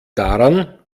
daran